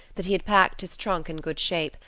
that he had packed his trunk in good shape,